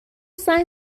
زنگ